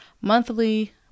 monthly